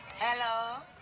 hello?